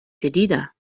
جديدة